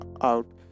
out